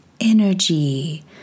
energy